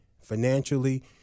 financially